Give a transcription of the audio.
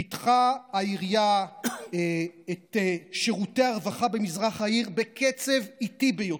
"פיתחה העירייה את שירותי הרווחה במזרח העיר בקצב איטי" ביותר.